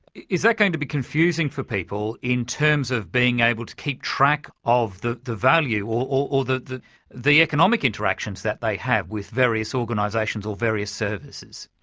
is that going to be confusing for people in terms of being able to keep track of the the value or or the the economic interactions that they have with various organisations or various services?